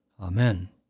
Amen